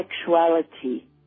sexuality